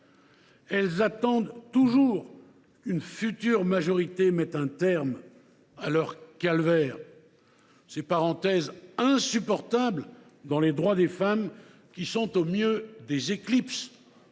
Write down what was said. Elles attendent toujours qu’une future majorité mette un terme à leur calvaire. Ces parenthèses insupportables dans les droits des femmes, qui sont au mieux des éclipses,